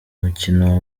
mukino